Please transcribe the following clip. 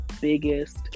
biggest